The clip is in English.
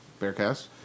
BearCast